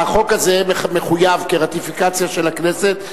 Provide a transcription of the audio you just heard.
החוק הזה מחויב סרטיפיקציה של הכנסת,